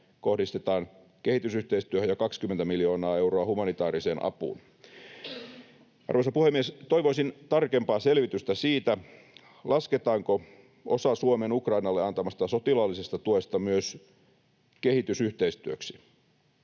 kohdistetaan kehitysyhteistyöhön ja 20 miljoonaa euroa humanitaariseen apuun. Arvoisa puhemies! Toivoisin tarkempaa selvitystä siitä, lasketaanko osa Suomen Ukrainalle antamasta sotilaallisesta tuesta myös kehitysyhteistyöksi.